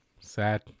sad